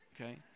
okay